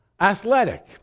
athletic